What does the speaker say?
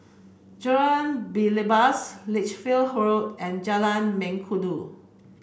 Jalan Belibas Lichfield Road and Jalan Mengkudu